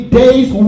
days